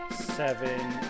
Seven